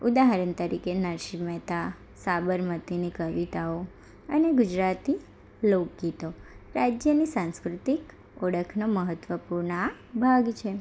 ઉદાહરણ તરીકે નરસિંહ મહેતા સાબરમતીની કવિતાઓ અને ગુજરાતી લોકગીતો રાજ્યની સાસંકૃતિક ઓળખનો મહત્ત્વપૂર્ણ આ ભાગ છે